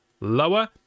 lower